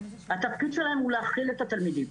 התפקיד שלהם הוא להכיל את התלמידים,